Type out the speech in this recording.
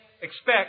expect